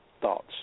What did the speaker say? thoughts